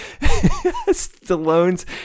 Stallone's